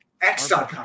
X.com